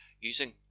using